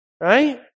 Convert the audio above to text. Right